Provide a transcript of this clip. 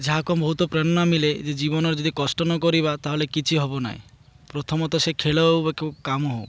ଯାହାକୁ ବହୁତ ପ୍ରେରଣା ମିଳେ ଯେ ଜୀବନର ଯଦି କଷ୍ଟ ନ କରିବା ତାହେଲେ କିଛି ହେବ ନାହିଁ ପ୍ରଥମତଃ ସେ ଖେଳ ହେଉ ବା କାମ ହେଉ